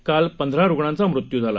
काल पंधरा रुग्णांचा मृत्यू झाला